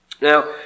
Now